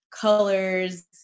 colors